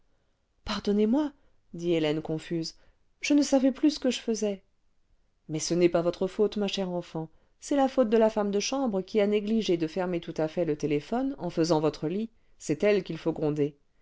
pardonnez-moi dit hélène confuse je ne savais plus ce que je faisais mais ce n'est pas votre faute ma chère enfant c'est la faute de la femme de chambre qui a négligé de fermer tout à fait le téléphone en faisant votre ht c'est elle qu'il faut gronder